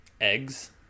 Eggs